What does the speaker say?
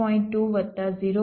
2 વત્તા 0